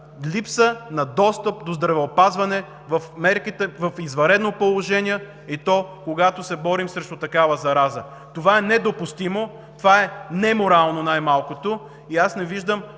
липса на достъп до здравеопазване в мерките на извънредно положение, и то когато се борим срещу такава зараза. Това е недопустимо, това е най-малкото неморално и аз не виждам